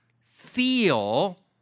feel